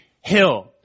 hill